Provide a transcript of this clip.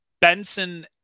Benson